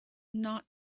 not